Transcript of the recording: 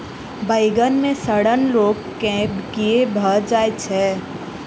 बइगन मे सड़न रोग केँ कीए भऽ जाय छै?